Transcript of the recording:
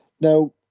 Now